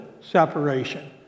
separation